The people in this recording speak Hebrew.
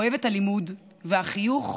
אוהב את הלימוד, והחיוך,